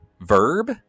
verb